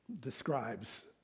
describes